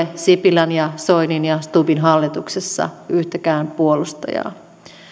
sipilän ja soinin ja stubbin hallituksessa yhtäkään puolustajaa